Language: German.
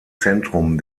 zentrum